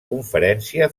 conferència